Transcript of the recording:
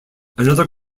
another